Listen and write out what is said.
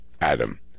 Adam